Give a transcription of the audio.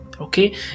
okay